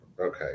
okay